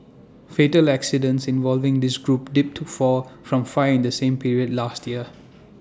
fatal accidents involving this group dipped to four from five in the same period last year